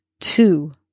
two